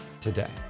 today